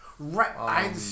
Right